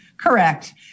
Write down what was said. Correct